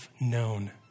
known